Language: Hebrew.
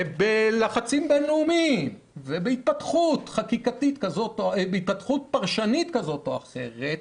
ובלחצים בין-לאומיים ובהתפתחות פרשנית כזאת או אחרת,